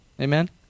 Amen